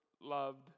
loved